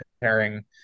pairing